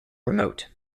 remote